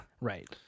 right